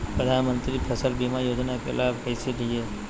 प्रधानमंत्री फसल बीमा योजना के लाभ कैसे लिये?